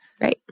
Right